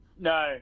No